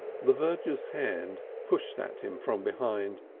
the verger's hand pushed at him from behind.